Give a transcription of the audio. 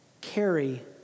carry